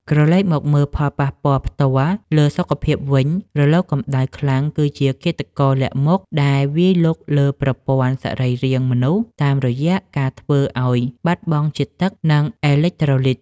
ក្រឡេកមកមើលផលប៉ះពាល់ផ្ទាល់លើសុខភាពវិញ រលកកម្ដៅខ្លាំងគឺជាឃាតករលាក់មុខដែលវាយលុកលើប្រព័ន្ធសរីរាង្គមនុស្សតាមរយៈការធ្វើឱ្យបាត់បង់ជាតិទឹក និងអេឡិចត្រូឡីត។